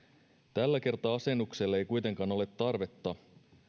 tällä kertaa asennukselle ei kuitenkaan ole tarvetta